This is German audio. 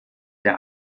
der